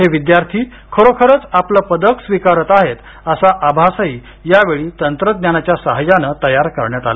हे विद्यार्थी खरोखरचं आपलं पदक स्विकारत आहेत असा आभासही यावेळी तंत्रज्ञानाच्या सहाय्यानं तयार करण्यात आला